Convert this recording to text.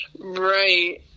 right